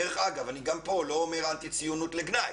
דרך אגב, גם פה אני לא אומר אנטי ציונות כגנאי,